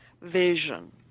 vision